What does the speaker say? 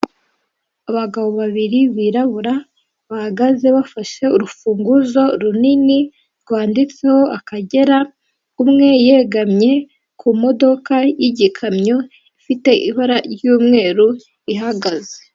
Abagabo babiri birabura bahagaze bafashe urufunguzo runini rwanditseho akagera, umwe yegamye ku modoka y'igikamyo ifite ibara ry'umweru ihagaze.